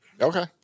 Okay